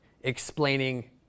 explaining